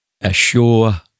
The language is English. assure